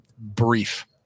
brief